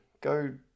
Go